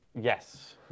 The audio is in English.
Yes